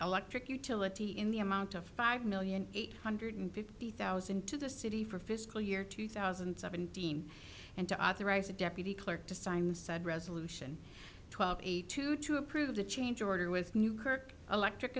electric utility in the amount of five million eight hundred fifty thousand to the city for fiscal year two thousand and seventeen and to authorize the deputy clerk to sign said resolution twelve eighty two to approve the change order with newkirk electric